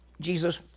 Jesus